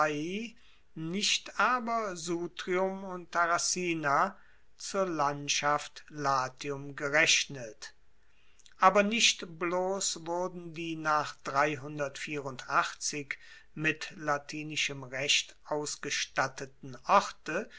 nicht aber sutrium und tarracina zur landschaft latium gerechnet aber nicht bloss wurden die nach mit latinischem recht ausgestatteten